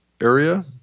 area